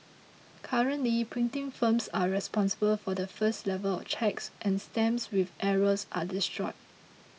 currently printing firms are responsible for the first level of checks and stamps with errors are destroyed